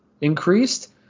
increased